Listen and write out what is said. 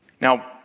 Now